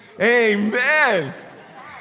Amen